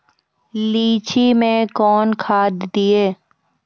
लीची मैं कौन खाद दिए?